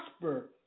prosper